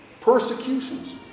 persecutions